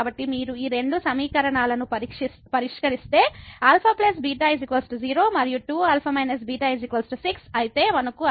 కాబట్టి మీరు ఈ రెండు సమీకరణాలను పరిష్కరిస్తే α β 0 మరియు 2 α β 6